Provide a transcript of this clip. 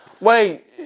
Wait